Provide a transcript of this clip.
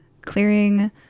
clearing